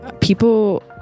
people